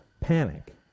panic